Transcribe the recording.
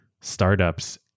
startups